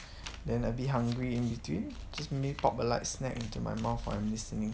then a bit hungry in between just maybe pop a light snack into my mouth while I'm listening